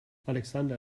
alexander